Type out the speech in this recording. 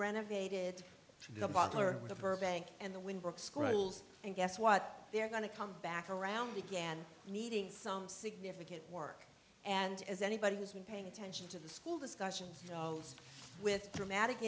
to burbank and the wind brooke scrolls and guess what they're going to come back around began meeting some significant work and as anybody who's been paying attention to the school discussions with dramatic